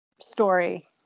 story